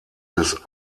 des